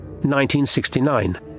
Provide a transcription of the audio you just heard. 1969